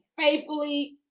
faithfully